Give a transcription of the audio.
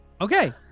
Okay